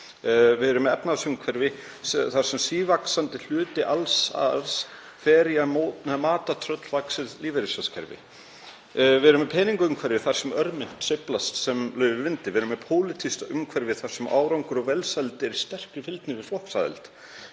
Við erum með efnahagsumhverfi þar sem sívaxandi hluti alls arðs fer í að mata tröllvaxið lífeyrissjóðakerfi. Við erum með peningaumhverfi þar sem örmynt sveiflast sem lauf í vindi. Við erum með pólitískt umhverfi þar sem árangur og velsæld er í sterkri fylgni við flokksaðild.